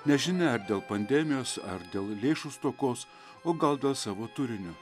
nežinia ar dėl pandemijos ar dėl lėšų stokos o gal dėl savo turinio